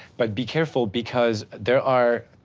but be careful because there are,